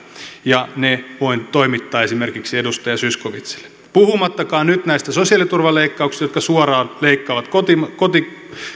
ja ne voin toimittaa esimerkiksi edustaja zyskowiczille puhumattakaan nyt näistä sosiaaliturvan leikkauksista jotka suoraan leikkaavat